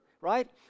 right